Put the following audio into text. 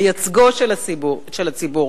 מייצגו של הציבור,